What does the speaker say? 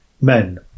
men